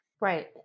Right